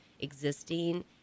existing